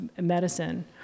medicine